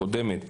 הקודמת,